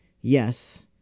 yes